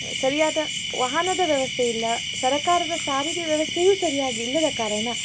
ಸರಿಯಾದ ವಾಹನದ ವ್ಯವಸ್ಥೆ ಇಲ್ಲ ಸರಕಾರದ ಸಾರಿಗೆ ವ್ಯವಸ್ಥೆಯೂ ಸರಿಯಾಗಿಲ್ಲದ ಕಾರಣ